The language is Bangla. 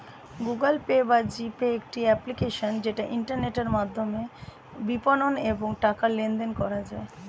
গুগল পে বা জি পে একটি অ্যাপ্লিকেশন যেটা ইন্টারনেটের মাধ্যমে বিপণন এবং টাকা লেনদেন করা যায়